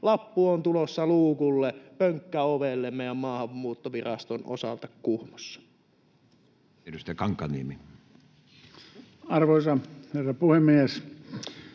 lappu on tulossa luukulle ja pönkkä ovelle Maahanmuuttoviraston osalta Kuhmossa? Edustaja Kankaanniemi. Arvoisa herra